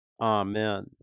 Amen